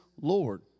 Lord